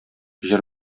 җыр